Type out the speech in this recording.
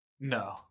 No